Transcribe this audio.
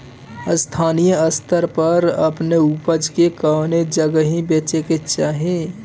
स्थानीय स्तर पर अपने ऊपज के कवने जगही बेचे के चाही?